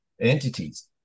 entities